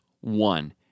one